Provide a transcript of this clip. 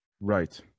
right